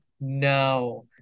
no